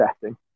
setting